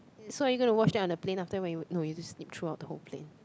so are you gonna watch that on the plane after when you no you just sleep through out the whole plane